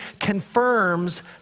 confirms